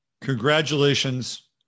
Congratulations